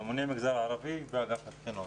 ממונה מגזר ערבי באגף הבחינות.